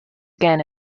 again